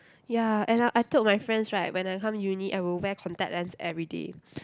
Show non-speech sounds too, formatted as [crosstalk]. ya and I I told my friends right when I come uni I will wear contact lens every day [breath]